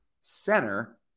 center